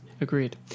Agreed